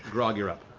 grog, you're up.